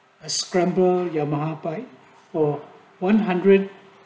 a scramble yamaha pie or one hundred